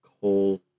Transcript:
coal